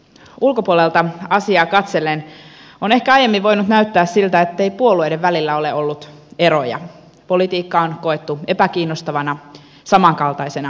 ulkopuolelta asiaa katsellen on ehkä aiemmin voinut näyttää siltä ettei puolueiden välillä ole ollut eroja politiikka on koettu epäkiinnostavana samankaltaisena mössönä